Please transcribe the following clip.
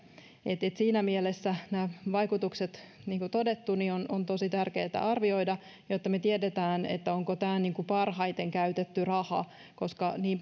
siinä mielessä nämä vaikutukset niin kuin on todettu on tosi tärkeätä arvioida jotta me tiedämme onko tämä parhaiten käytetty raha koska niin